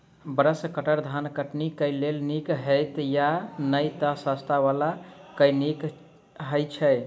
Brush cutter धान कटनी केँ लेल नीक हएत या नै तऽ सस्ता वला केँ नीक हय छै?